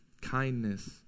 kindness